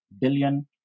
billion